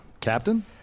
Captain